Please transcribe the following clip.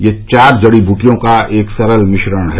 यह चार जड़ी बूटियों का एक सरल मिश्रण है